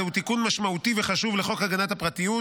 זהו תיקון משמעותי לחוק הגנת הפרטיות